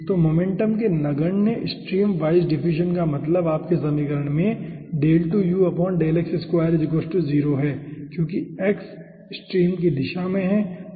तो मोमेंटम के नगण्य स्ट्रीम वाइज डिफ्यूजन का मतलब आपके समीकरण में 0 है क्योंकि x स्ट्रीम की दिशा है